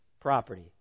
property